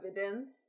evidence